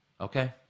Okay